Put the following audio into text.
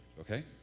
okay